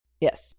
Yes